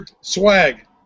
swag